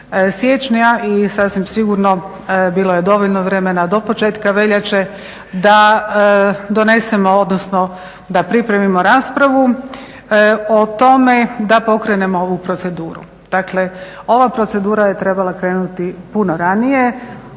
siječnja. I sasvim sigurno bilo je dovoljno vremena do početka veljače da donesemo odnosno da pripremimo raspravu o tome da pokrenemo ovu proceduru. Dakle, ova procedura je trebala krenuti puno ranije.